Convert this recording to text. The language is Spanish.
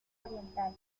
oriental